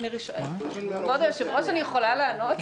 כבוד היושב-ראש, אני יכולה לענות?